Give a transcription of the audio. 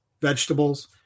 vegetables